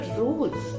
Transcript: rules